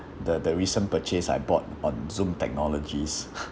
the the recent purchase I bought on zoom technologies